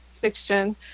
fiction